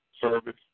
service